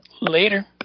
Later